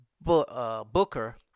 booker